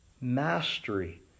mastery